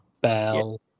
Bell